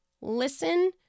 Listen